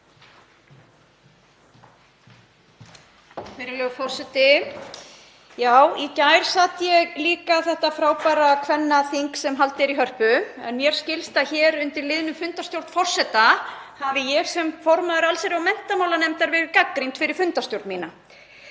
Virðulegur forseti. Já, í gær sat ég líka þetta frábæra kvennaþing sem haldið er í Hörpu, en mér skilst að hér undir liðnum fundarstjórn forseta hafi ég sem formaður allsherjar- og menntamálanefndar verið gagnrýnd fyrir fundarstjórn mína.